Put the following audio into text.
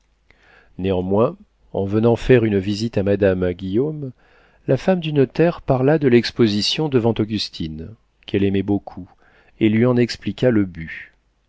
néanmoins en venant faire une visite à madame guillaume la femme du notaire parla de l'exposition devant augustine qu'elle aimait beaucoup et lui en expliqua le but